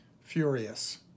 furious